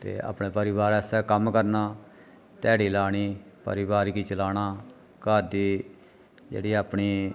ते अपने परोआर आस्तै कम्म करना ध्याड़ी लानी परोआर गी चलाना घर दी जेह्ड़ी अपनी